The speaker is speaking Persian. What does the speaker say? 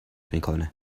میکنه